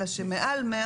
אלא שמעל 100